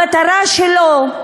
המטרה שלו,